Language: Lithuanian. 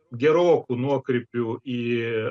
gerokų nuokrypių į